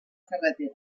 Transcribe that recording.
carretera